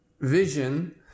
vision